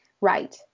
Right